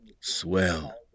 Swell